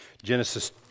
Genesis